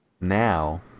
Now